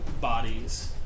bodies